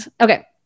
Okay